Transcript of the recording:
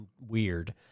weird